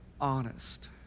honest